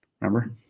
remember